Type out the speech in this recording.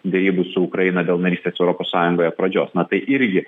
derybų su ukraina dėl narystės europos sąjungoje pradžios na tai irgi